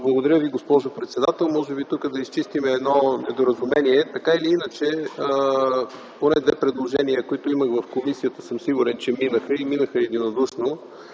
Благодаря Ви, госпожо председател. Може би тук да изчистим едно недоразумение. Поне две предложения, които имах в комисията, съм сигурен, че минаха и минаха единодушно.